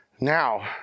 Now